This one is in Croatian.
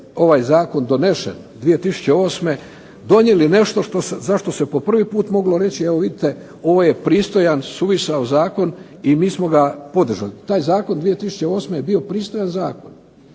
ovaj zakon donesen 2008. donijeli nešto za što se po prvi put moglo reći evo vidite ovo je pristojan, suvisao zakon i mi smo ga podržali. Taj zakon 2008. je bio pristojan zakon.